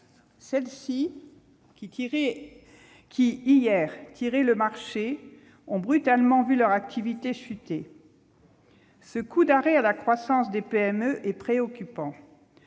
Celles-ci, qui, hier, tiraient le marché, ont brutalement vu leur activité chuter. Ce coût d'arrêt à la croissance des PME est préoccupant.